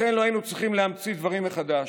לכן לא היינו צריכים להמציא דברים מחדש,